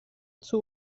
zur